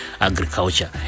agriculture